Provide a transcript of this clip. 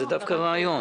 זה דווקא רעיון.